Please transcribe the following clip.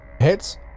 Hits